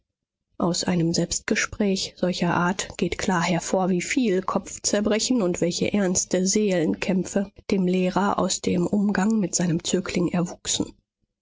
aus einem selbstgespräch solcher art geht klar hervor wieviel kopfzerbrechen und welche ernste seelenkämpfe dem lehrer aus dem umgang mit seinem zögling erwuchsen